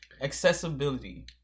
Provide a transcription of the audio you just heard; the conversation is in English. Accessibility